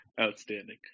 Outstanding